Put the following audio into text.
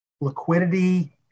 liquidity